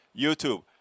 YouTube